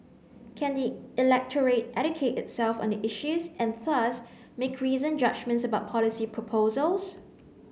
can the electorate educate itself on the issues and thus make reasoned judgements about policy proposals